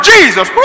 Jesus